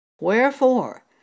Wherefore